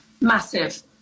Massive